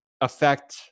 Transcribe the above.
affect